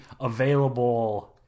available